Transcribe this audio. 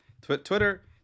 Twitter